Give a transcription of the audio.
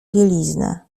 bieliznę